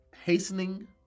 hastening